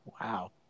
Wow